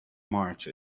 march